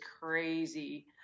crazy